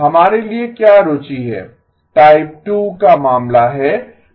हमारे लिए क्या रुचि है टाइप 2 का मामला है